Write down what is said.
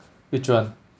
which one